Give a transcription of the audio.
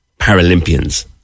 Paralympians